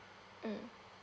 mm